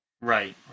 Right